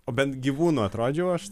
o bent gyvūnu atrodžiau aš